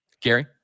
Gary